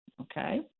okay